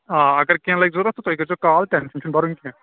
آ اگر کیٚنٛہہ لگہِ ضروٗرت تُہۍ کٔرۍزیٚو کال ٹینٛشن چھُنہٕ برُن کیٚنٛہہ